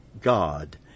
god